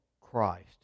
Christ